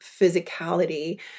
physicality